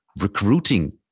Recruiting